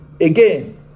Again